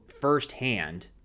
firsthand